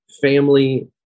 family